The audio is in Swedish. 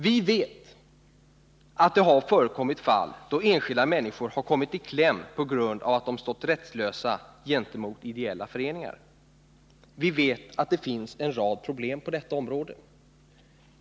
Vi vet att det har förekommit fall då enskilda människor har kommit i kläm på grund av att de stått rättslösa gentemot ideella föreningar. Vi vet att det finns en rad problem på detta område.